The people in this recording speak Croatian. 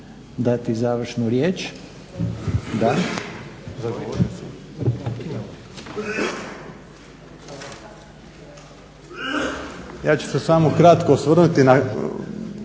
dati završnu riječ?